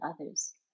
others